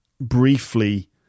briefly